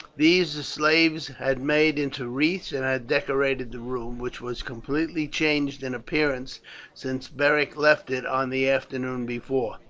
these the slaves had made into wreaths and had decorated the room, which was completely changed in appearance since beric left it on the afternoon before.